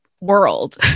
world